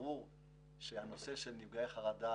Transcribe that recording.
ברור שהנושא של נפגעי חרדה,